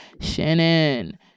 Shannon